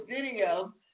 video